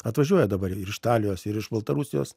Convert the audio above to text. atvažiuoja dabar ir iš italijos ir iš baltarusijos